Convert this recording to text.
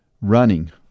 Running